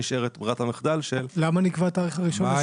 נשארת ברירת המחדל של --- למה נקבע התאריך 1.6?